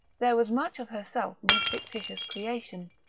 there was much of herself in his fictitious creation.